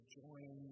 join